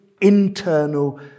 internal